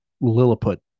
Lilliput